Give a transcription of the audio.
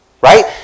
Right